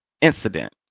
incident